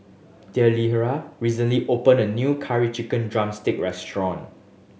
Delilah recently open a new Curry Chicken drumstick restaurant